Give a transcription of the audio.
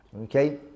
Okay